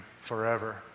forever